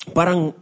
Parang